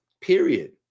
Period